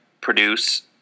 produce